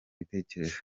ibitekerezo